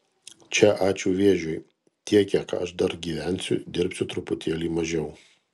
čia ačiū vėžiui tiek kiek aš dar gyvensiu dirbsiu truputėlį mažiau